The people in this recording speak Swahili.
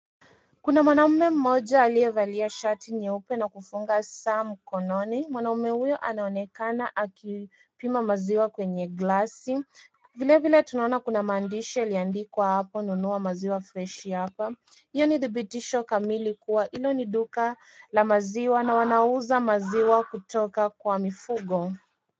Kuna mwanaume mmoja aliyevalia shati nyeupe na kufunga saa mkononi. Mwanaume huyo anaonekana akipima maziwa kwenye glasi. Vilevile tunaona kuna maandishi yaliyoandikwa apo nunua maziwa freshi hapa. Hiyo ni dhibitisho kamili kuwa hilo ni duka la maziwa na wanauza maziwa kutoka kwa mifugo.